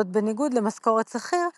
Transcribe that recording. זאת בניגוד למשכורת שכיר,